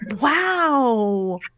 wow